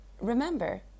Remember